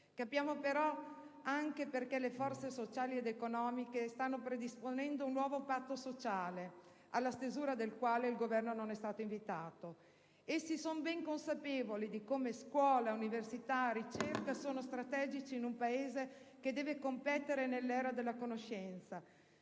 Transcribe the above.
Capiamo però anche perché le forze sociali ed economiche stanno predisponendo un nuovo patto sociale, alla stesura del quale il Governo non è stato invitato. Esse sono ben consapevoli di come scuola, università e ricerca siano strategici in un Paese che deve competere nell'era della conoscenza.